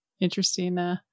interesting